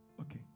okay